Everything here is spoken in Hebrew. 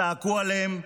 צעקו עליהם,